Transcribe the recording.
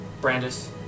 Brandis